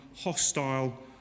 hostile